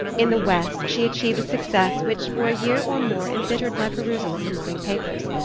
in the west she achieved a success which for a year or more embittered my perusal of the morning papers.